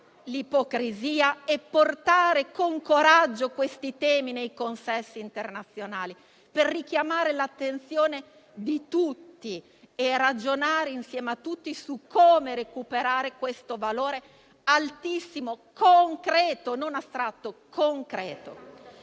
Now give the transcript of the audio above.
l'ipocrisia e portare con coraggio questi temi nei consessi internazionali, per richiamare l'attenzione di tutti e ragionare insieme su come recuperare questo valore altissimo e concreto, non astratto. Dunque,